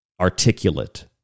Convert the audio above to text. articulate